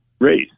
race